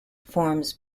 forms